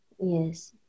Yes